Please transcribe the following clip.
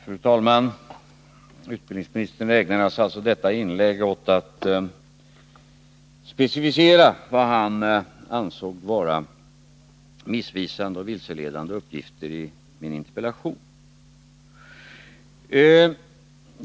Fru talman! Utbildningsministern ägnade alltså detta inlägg åt att specificera vad han ansåg vara missvisande och vilseledande uppgifter i min interpellation.